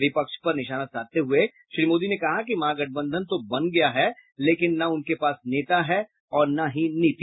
विपक्ष पर निशाना साधते हुए श्री मोदी ने कहा कि महागठबंधन तो बना लिया गया लेकिन न उनके पास नेता है और न ही नीति